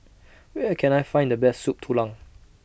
Where Can I Find The Best Soup Tulang